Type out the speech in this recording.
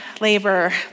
labor